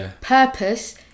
purpose